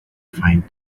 find